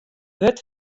wurd